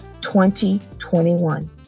2021